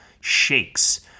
shakes